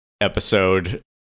episode